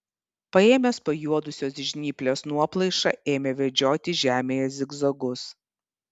paėmęs pajuodusios žnyplės nuoplaišą ėmė vedžioti žemėje zigzagus